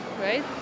right